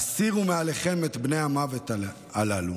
הסירו מעליכם את בני המוות הללו.